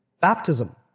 baptism